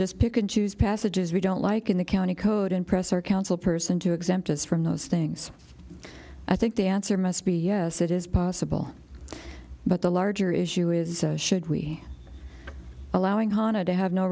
just pick and choose passages we don't like in the county code and press or council person to exempt us from those things i think the answer must be yes it is possible but the larger issue is should we allowing honna to have no